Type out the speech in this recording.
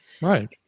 Right